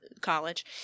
college